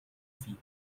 فيه